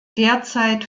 derzeit